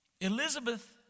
Elizabeth